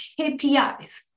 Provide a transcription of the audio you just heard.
KPIs